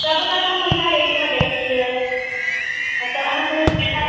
सबके तऽ हम इएह रेटमे दै छिए मतलब अहाँके कनि ज्यादा